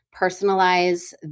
personalize